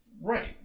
Right